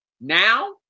now